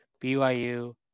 BYU